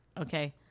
okay